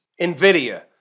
NVIDIA